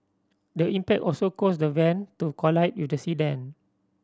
the impact also caused the van to collide with the sedan